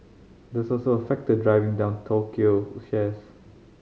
that's also a factor driving down Tokyo shares